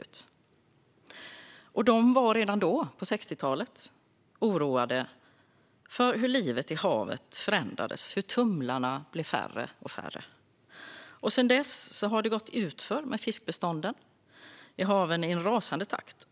De var redan då, på 1960-talet, oroade för hur livet i havet förändrades och hur tumlarna blev färre och färre. Sedan dess har det gått utför med fiskbestånden i haven i en rasande takt.